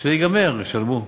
כשזה ייגמר ישלמו.